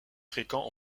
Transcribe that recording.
fréquent